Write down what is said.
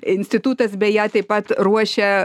institutas beje taip pat ruošia